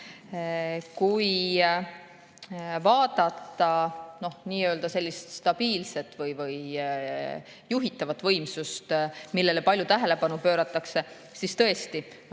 Kui vaadata stabiilset või juhitavat võimsust, millele palju tähelepanu pööratakse, siis tõesti